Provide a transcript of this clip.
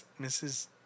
Mrs